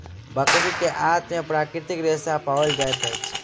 बकरी के आंत में प्राकृतिक रेशा पाओल जाइत अछि